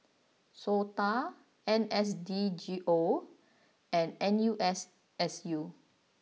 Sota N S D G O and N U S S U